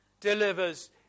delivers